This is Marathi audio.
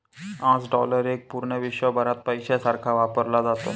आज डॉलर एक पूर्ण विश्वभरात पैशासारखा वापरला जातो